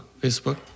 Facebook